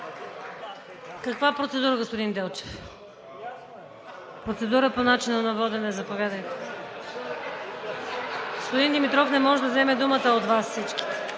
Каква процедура, господин Делчев? Процедура по начина на водене. Заповядайте. Господин Димитров не може да вземе думата от Вас всички.